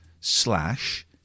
slash